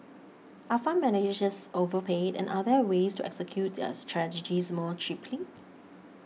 are fund managers overpaid and are there ways to execute their strategies more cheaply